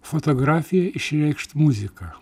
fotografija išreikšt muziką